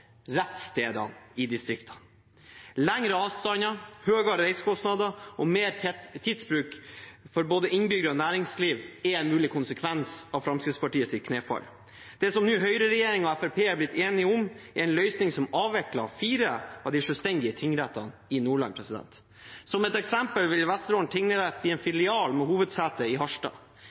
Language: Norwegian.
rettsstedene i distriktene. Lengre avstander, høyere reisekostnader og mer tidsbruk for både innbyggere og næringsliv er en mulig konsekvens av Fremskrittspartiets knefall. Det som høyreregjeringen og Fremskrittspartiet nå er blitt enige om, er en løsning som avvikler fire av de selvstendige tingrettene i Nordland. Som et eksempel vil Vesterålen tingrett bli en filial med hovedsete i Harstad.